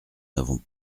n’avons